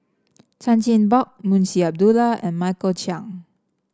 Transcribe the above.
Chan Chin Bock Munshi Abdullah and Michael Chiang